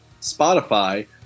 Spotify